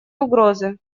угрозы